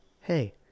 Hey